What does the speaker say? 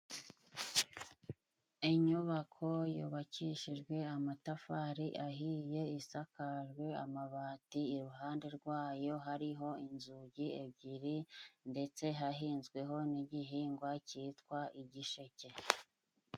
Inyubako yubakishijwe amatafari ahiye isakajwe amabati, iruhande rwayo hariho inzugi ebyiri, ndetse hahinzweho n'igihingwa cyitwa igisheke.